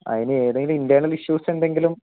അതിന് ഏതെങ്കിലും internal issues എന്തെങ്കിലും